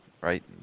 right